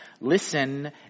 Listen